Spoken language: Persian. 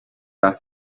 رفت